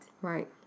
Right